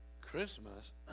Christmas